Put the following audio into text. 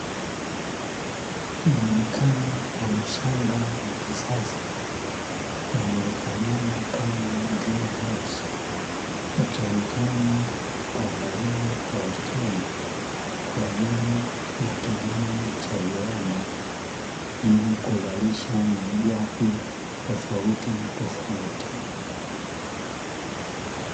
Muonekano wa mashamba ya kisasa, yajulikanayo kama "Green house", ukionekana kuandaliwa kwa ustadi, kwa ajili ya kilimo cha viwanda, yenye kuzalisha malighafi tofauti tofauti.